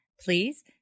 Please